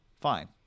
Fine